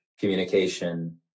communication